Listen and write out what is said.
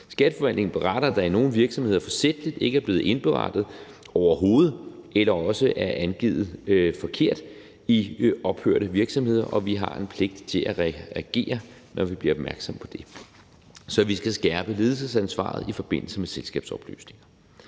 Skatteforvaltningen beretter, at der forsætligt i nogle virksomheder overhovedet ikke er blevet indberettet, eller også er det blevet angivet forkert i ophørte virksomheder, og vi har en pligt til at reagere, når vi bliver opmærksomme på det. Så vi skal skærpe ledelsesansvaret i forbindelse med selskabsopløsning.